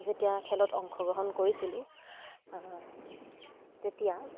যেতিয়া খেলত অংশগ্ৰহণ কৰিছিলোঁ তেতিয়া